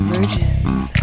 Virgins